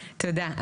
תודה.